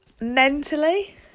mentally